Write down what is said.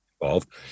involved